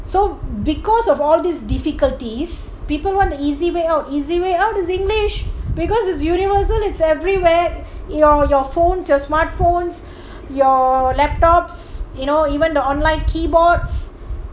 so because of all these difficulties people want the easy way out easy way out is english because it's universal it's everywhere your your phones your smartphones your laptops you know even the online keyboards